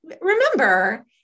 remember